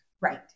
Right